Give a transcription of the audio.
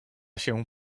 się